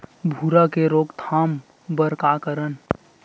भूरा के रोकथाम बर का करन?